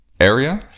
area